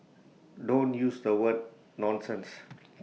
don't use the word nonsense